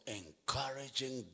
encouraging